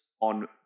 on